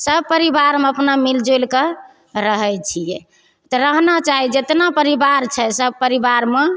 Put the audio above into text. सब परिवारमे अपन मिलजुलिके रहय छियै तऽ रहना चाही जेतना परिवार छै सब परिवारमे